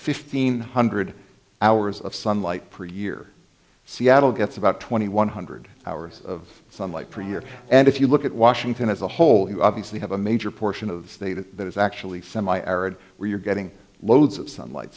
fifteen hundred hours of sunlight per year seattle gets about twenty one hundred hours of sunlight per year and if you look at washington as a whole you obviously have a major portion of the state that is actually semi arid where you're getting loads of sunlight